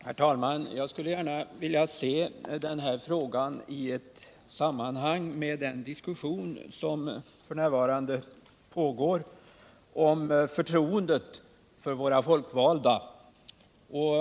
Herr talman! Jag skulle vilja sätta den här frågan i samband med den diskussion som f. n. pågår om förtroendet för våra folkvalda.